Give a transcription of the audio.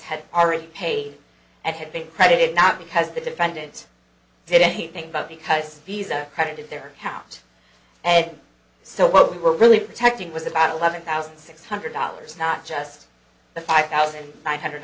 had already paid and had been credited not because the defendant did anything but because fees are credited there count ed so what we were really protecting was about eleven thousand six hundred dollars not just the five thousand nine hundred